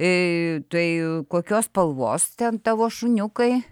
tai kokios spalvos ten tavo šuniukai